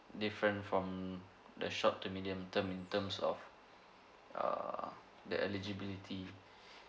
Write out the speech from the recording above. different from the short to medium term in terms of err the eligibility